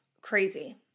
crazy